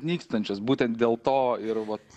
nykstančias būtent dėl to ir vat